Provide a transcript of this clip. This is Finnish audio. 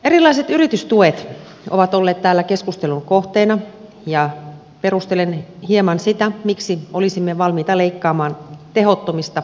erilaiset yritystuet ovat olleet täällä keskustelun kohteena ja perustelen hieman sitä miksi olisimme valmiita leikkaamaan tehottomista yritystuista